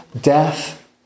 death